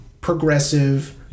progressive